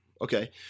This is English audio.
Okay